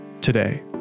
today